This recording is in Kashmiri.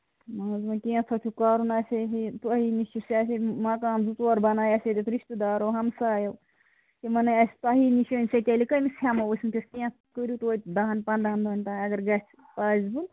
نہ حظ کینٛژھا چھُ کَرُن اَسہِ ہَے چھِ تۄہی نِش چھِ اَسہِ مَکان زٕ ژور بَنٲے اَسہِ ییٚتیتھ رِشتہٕ دارَو ہَمسایو یِمن نَے اَسہِ تۄہی نِشن تیٚلہِ کٔمِس ہیٚمَو أسۍ ؤنکیٚس کیٚنٛہہ تُہۍ کٔرِو توتہِ دَہن پَنٛداہَن مِنٹَن اَگر گژھِ پاسبٔل